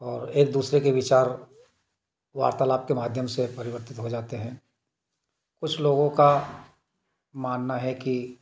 और एक दूसरे के विचार वार्तालाप के माध्यम से परिवर्तित हो जाते हैं कुछ लोगों का मानना है कि